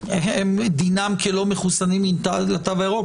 דינם כלא-מחוסנים לתו הירוק,